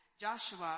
Joshua